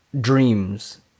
dreams